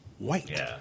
white